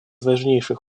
важнейших